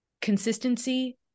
consistency